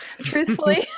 truthfully